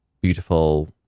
beautiful